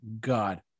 God